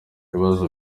ibibazo